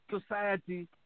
society